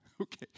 Okay